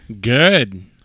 Good